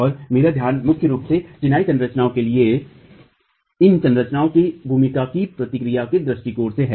और मेरा ध्यान मुख्य रूप से चिनाई संरचनाओं के इन संरचनाओं के भूकंप की प्रतिक्रिया के दृष्टिकोण से है